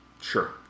Sure